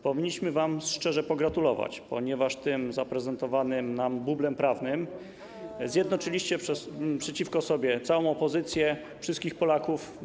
Powinniśmy wam szczerze pogratulować, ponieważ tym zaprezentowanym nam bublem prawnym zjednoczyliście przeciwko sobie całą opozycję, wszystkich Polaków.